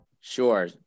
Sure